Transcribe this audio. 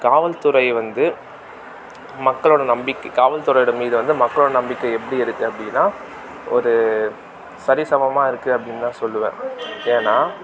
காவல்துறை வந்து மக்களோடய நம்பிக்கை காவல்துறையோடு மீது வந்து மக்களோடய நம்பிக்கை எப்படி இருக்குது அப்படின்னா ஒரு சரி சமமாக இருக்குது அப்படின்னு தான் சொல்வேன் ஏன்னா